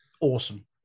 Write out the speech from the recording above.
Awesome